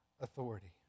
authority